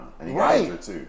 Right